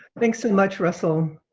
thanks so much russell.